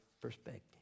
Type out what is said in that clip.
perspective